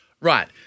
Right